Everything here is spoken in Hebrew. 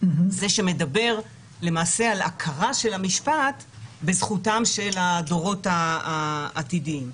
זה שמדבר למעשה על הכרה של המשפט בזכותם של הדורות העתידיים.